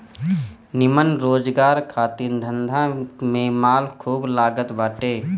निमन रोजगार खातिर धंधा में माल खूब लागत बाटे